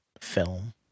film